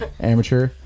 amateur